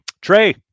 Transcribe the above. Trey